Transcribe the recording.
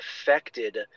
affected